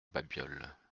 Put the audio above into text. babioles